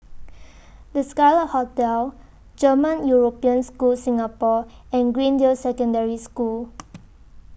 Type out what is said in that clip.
The Scarlet Hotel German European School Singapore and Greendale Secondary School